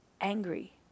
angry